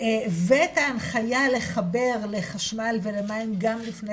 ואת ההנחיה לחבר לחשמל ולמים גם לפני